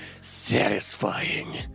satisfying